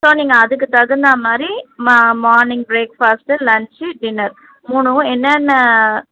so நீங்கள் அதுக்கு தகுந்தமாதிரி ம morning breakfast lunch dinner மூணும் என்னென்ன